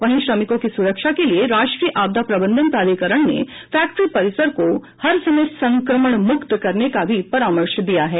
वहीं श्रमिकों की सुरक्षा के लिए राष्ट्रीय आपदा प्रबंधन प्राधिकरण ने फैक्ट्री परिसर को हर समय संक्रमण मुक्त करने का परामर्श दिया है